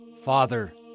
Father